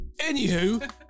anywho